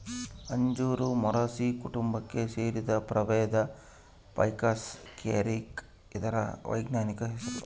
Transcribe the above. ಅಂಜೂರ ಮೊರಸಿ ಕುಟುಂಬಕ್ಕೆ ಸೇರಿದ ಪ್ರಭೇದ ಫೈಕಸ್ ಕ್ಯಾರಿಕ ಇದರ ವೈಜ್ಞಾನಿಕ ಹೆಸರು